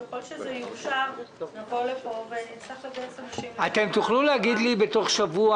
וככל שזה יאושר אנחנו נבוא לפה --- תוכלו להגיד לי בתוך שבוע,